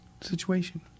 situation